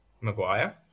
Maguire